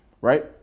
right